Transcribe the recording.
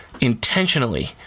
intentionally